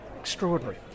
Extraordinary